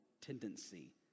tendency